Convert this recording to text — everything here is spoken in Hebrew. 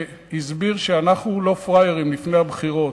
שהסביר שאנחנו לא פראיירים לפני הבחירות.